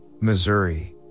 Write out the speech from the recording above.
Missouri